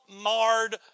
marred